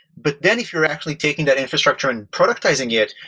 but then if you're actually taking that infrastructure and productizing it,